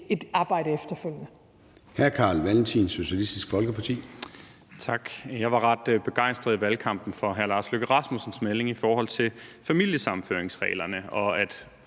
et arbejde efterfølgende.